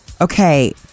Okay